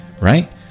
right